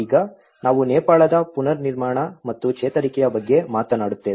ಈಗ ನಾವು ನೇಪಾಳದ ಪುನರ್ನಿರ್ಮಾಣ ಮತ್ತು ಚೇತರಿಕೆಯ ಬಗ್ಗೆ ಮಾತನಾಡುತ್ತೇವೆ